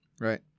Right